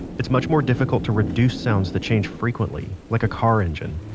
it's much more difficult to reduce sounds that change frequency like a car engine